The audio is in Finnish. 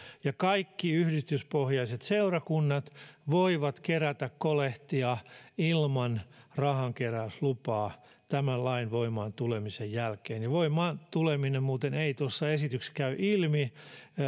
ja kaikki yhdistyspohjaiset seurakunnat voivat kerätä kolehtia ilman rahankeräyslupaa tämän lain voimaan tulemisen jälkeen voimaan tuleminen muuten ei tuossa esityksessä käy ilmi